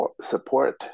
support